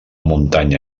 muntanya